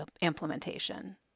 implementation